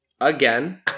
again